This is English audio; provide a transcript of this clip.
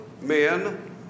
men